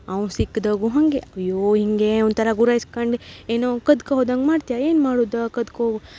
ಅವ್ನು ಸಿಕ್ದಾಗೂ ಹಾಗೆ ಅಯ್ಯೋ ಹೀಗೆ ಒಂಥರ ಗುರಾಯಿಸ್ಕಂಡು ಏನೋ ಕದ್ಕ ಹೋದಂಗೆ ಮಾಡ್ತ್ಯ ಏನು ಮಾಡುದು ಕದ್ಕೋ